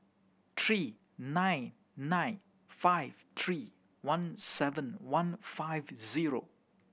three nine nine five three one seven one five zero